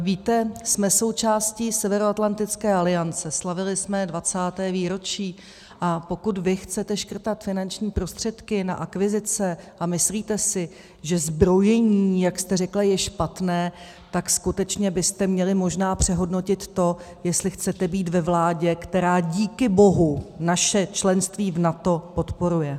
Víte, jsme součástí Severoatlantické aliance, slavili jsme 20. výročí, a pokud vy chcete škrtat finanční prostředky na akvizice a myslíte si, že zbrojení, jak jste řekla, je špatné, tak skutečně byste měli možná přehodnotit to, jestli chcete být ve vládě, která díky bohu naše členství v NATO podporuje.